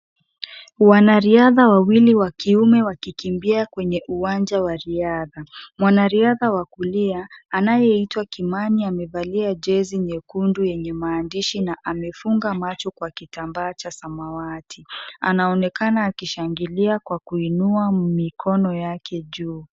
Wanariadha wawili wa kiume, wakikimbia kwenye uwanja wa riadha. Mwanariadha wa kulia, anayeitwa Kimani amevalia jezi nyekundu yenye maandishi na amefuga macho kwa kitambaa cha samawati. Anaoneka akishangilia kwa kuinua mikono yake juu.